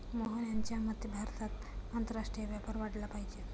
मोहन यांच्या मते भारतात आंतरराष्ट्रीय व्यापार वाढला पाहिजे